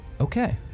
Okay